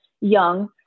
young